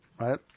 right